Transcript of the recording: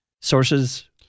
sources